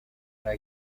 una